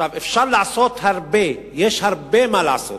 אפשר לעשות הרבה, יש הרבה מה לעשות,